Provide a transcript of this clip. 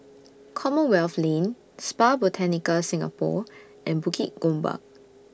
Commonwealth Lane Spa Botanica Singapore and Bukit Gombak